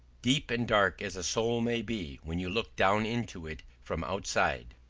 deep and dark as a soul may be when you look down into it from outside,